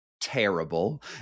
terrible